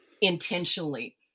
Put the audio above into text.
intentionally